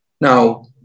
Now